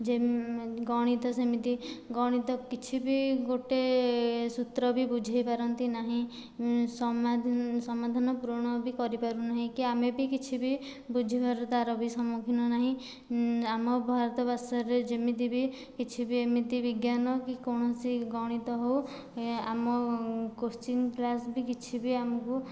ଯେ ଗଣିତ ସେମିତି ଗଣିତ କିଛି ବି ଗୋଟିଏ ସୂତ୍ର ବି ବୁଝେଇ ପାରନ୍ତି ନାହିଁ ସମାଧି ସମାଧାନ ପୁରଣ ବି କରିପାରୁ ନାହିଁ କି ଆମେ ବି କିଛି ବି ବୁଝିବାର ତାର ବି ସମ୍ମୁଖୀନ ନାହିଁ ଆମ ଭାରତ ବାସର ଯେମିତି ବି କିଛି ବି ଏମିତି ବିଜ୍ଞାନ କି କୌଣସି ଗଣିତ ହୋଉ ଆମ କୋଶ୍ଚୀନ କ୍ଳାସ କିଛି ବି ଆମକୁ